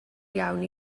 iawn